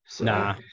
Nah